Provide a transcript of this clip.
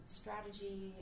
strategy